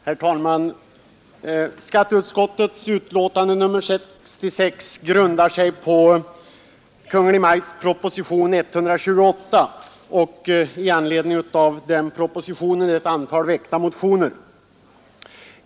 Herr talman! Skatteutskottets betänkande nr 66 grundar sig på Kungl. Maj:ts proposition nr 128 och på ett antal i anledning av denna proposition väckta motioner.